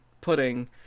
pudding